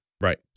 Right